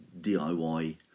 DIY